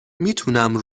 میتونم